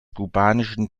kubanischen